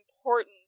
important